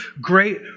great